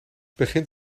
begint